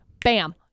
Bam